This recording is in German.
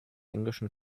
englischen